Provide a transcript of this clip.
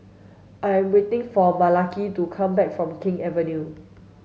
I am waiting for Malaki to come back from King Avenue